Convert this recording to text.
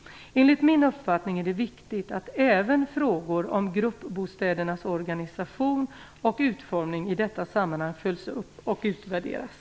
Enligt min uppfattning är det viktigt att även frågor om gruppbostädernas organisation och utformning i detta sammanhang följs upp och utvärderas.